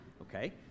Okay